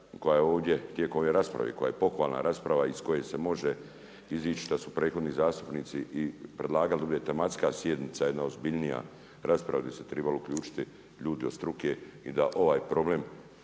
koja je ovdje tijekom ove rasprave koja je pohvalna rasprava iz koje se može izić šta su prethodni zastupnici predlagali da bude tematska sjednica jedna ozbiljnija rasprava gdje bi se trebali uključiti ljudi od struke i da ovaj problem